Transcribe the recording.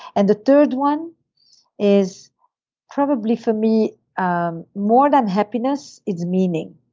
and the third one is probably for me um more than happiness is meaning.